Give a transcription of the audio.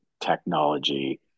technology